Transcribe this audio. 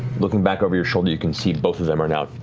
looking back over your shoulder, you can see both of them are now